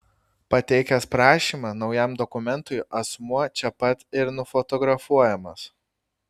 pateikęs prašymą naujam dokumentui asmuo čia pat ir nufotografuojamas